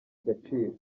agaciro